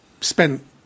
spent